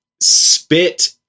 spit